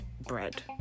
bread